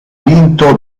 vinto